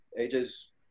AJ's